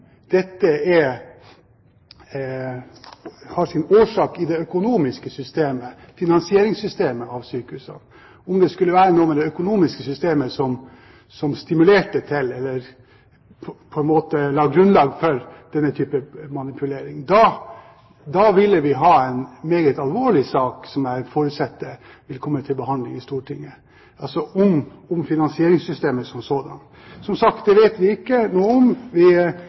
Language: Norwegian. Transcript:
dette har sin årsak i det økonomiske systemet, finansieringssystemet, i sykehusene, om det skulle være noe i det økonomiske systemet som på en måte la grunnlaget for denne type manipulering. Da vil vi ha en meget alvorlig sak som jeg forutsetter vil komme til behandling i Stortinget, altså en sak om finansieringssystemet som sådant. Som sagt, det vet vi ikke noe om. Vi